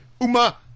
Uma